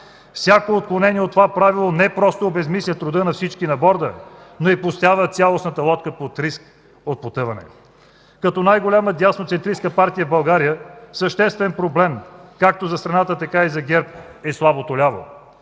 Всяко отклонение от това правило не просто обезсмисля труда на всички на борда, но и поставя цялата лодка под риск от потъване. Като най-голяма дясноцентристка партия в България съществен проблем както за страната, така и за ГЕРБ е слабото ляво.